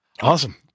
awesome